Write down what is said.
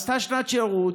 היא עשתה שנת שירות,